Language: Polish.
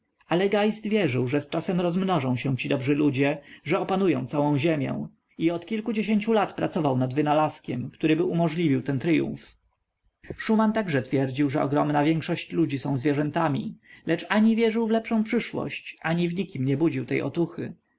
ale geist wierzył że z czasem rozmnożą się ci dobrzy ludzie że opanują całą ziemię i od kilkudziesięciu lat pracował nad wynalazkiem któryby umożliwił ten tryumf szuman także twierdził że ogromna większość ludzi są zwierzętami lecz ani wierzył w lepszą przyszłość ani w nikim nie budził tej otuchy